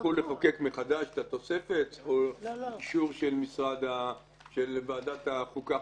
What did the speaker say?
יצטרכו לחוקק מחדש את התוספת או אישור של ועדת החוקה,